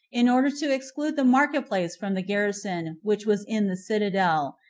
in order to exclude the market-place from the garrison, which was in the citadel,